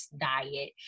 diet